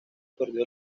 perdió